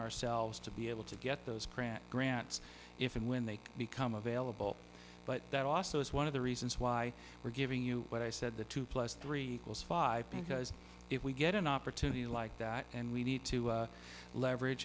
ourselves to be able to get those grant grants if and when they become available but that also is one of the reasons why we're giving you what i said the two plus three plus five because if we get an opportunity like that and we need to leverage